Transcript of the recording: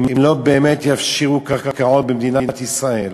אם לא יפשירו באמת קרקעות במדינת ישראל,